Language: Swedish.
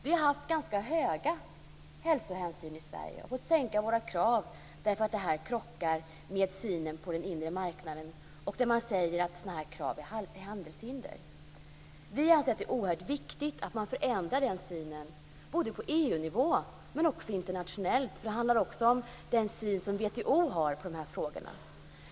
Vi har ställt ganska höga krav när det gäller hälsohänsyn i Sverige, och vi har fått sänka våra krav därför att de krockar med synen på den inre marknaden och därför att det sägs att sådana krav är handelshinder. Vi anser att det är oerhört viktigt att man förändrar den synen, på EU-nivå men också internationellt, eftersom det också handlar om den syn som WTO har på dessa frågor.